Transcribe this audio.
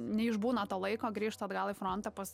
neišbūna to laiko grįžta atgal į frontą pas